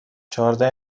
چهارده